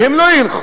והם לא ילכו.